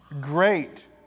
great